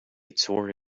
tore